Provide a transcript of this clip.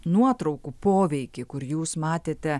nuotraukų poveikį kur jūs matėte